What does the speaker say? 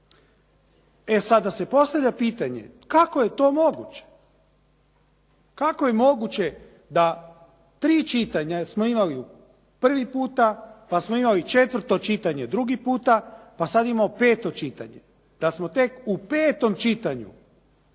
E sada postavljam pitanje kako je to moguće, kako je moguće da tri čitanja smo imali prvi puta, pa smo imali 4. čitanje drugi puta, pa sad imamo 5. čitanje, da smo tek u 5. čitanju